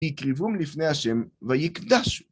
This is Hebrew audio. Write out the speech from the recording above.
יקריבום לפני ה' ויקדשו.